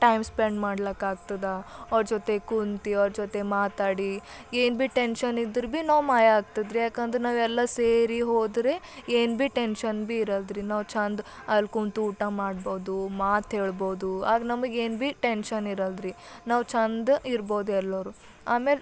time spend ಮಾಡ್ಲಕ್ಕೆ ಆಗ್ತದ ಅವ್ರ ಜೊತೆ ಕುಂತು ಅವ್ರ ಜೊತೆ ಮಾತಾಡಿ ಏನು ಬಿ ಟೆನ್ಶನ್ ಇದ್ದರು ಬಿ ನೋವು ಮಾಯ ಆಗ್ತದ ರೀ ಯಾಕಂದ್ರೆ ನಾವು ಎಲ್ಲ ಸೇರಿ ಹೋದರೆ ಏನು ಬಿ ಟೆನ್ಶನ್ ಬಿ ಇರಲ್ದು ರೀ ನಾವು ಛಂದ್ ಅಲ್ಲಿ ಕುಂತು ಊಟ ಮಾಡ್ಬೌದು ಮಾತು ಹೇಳ್ಬೋದು ಆಗ ನಮಗೆ ಏನು ಬಿ ಟೆನ್ಶನ್ ಇರಲ್ದು ರೀ ನಾವು ಛಂದ್ ಇರ್ಬೋದು ಎಲ್ಲರು ಆಮೇಲೆ